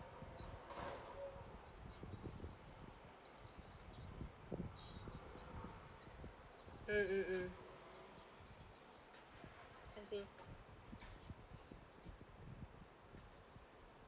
mm mm mm I see